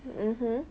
mmhmm